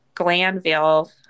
glanville